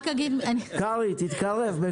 קרעי, תתקרב למיקרופון.